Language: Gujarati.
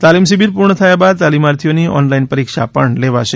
તાલીમ શિબિર પૂર્ણ થયા બાદ તાલીમાર્થીઓની ઓનલાઈન પરીક્ષા પણ લેવાશે